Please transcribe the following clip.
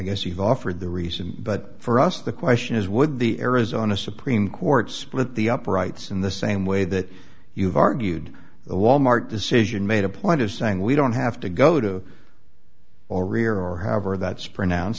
guess you've offered the reason but for us the question is would the arizona supreme court split the uprights in the same way that you've argued the walmart decision made a point of saying we don't have to go to or rear or however that sprint ounce